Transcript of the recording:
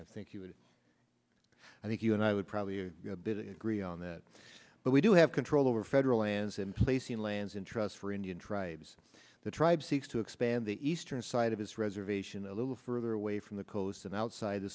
i think you would i think you and i would probably agree on that but we do have control over federal lands emplacing lands in trust for indian tribes the tribe seeks to expand the eastern side of his reservation a little further away from the coast and outside the